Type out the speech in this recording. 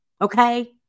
okay